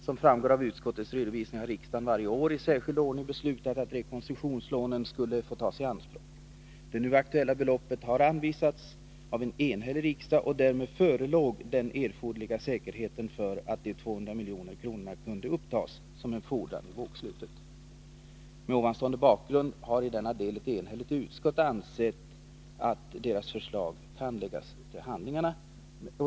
Som framgår av utskottets redovisning har riksdagen varje år i särskild ordning beslutat att rekonstruktionslånen skulle få tas i anspråk. Det nu aktuella beloppet har anvisats av en enhällig riksdag, och därmed förelåg den erforderliga säkerheten för att de 200 miljonerna kunde upptas som en fordran i bokslutet. Med nämnda bakgrund har i denna del ett enhälligt utskott ansett att riksdagsrevisorernas förslag kan läggas till handlingarna.